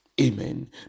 Amen